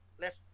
left